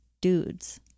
dudes